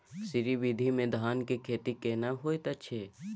श्री विधी में धान के खेती केहन होयत अछि?